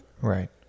Right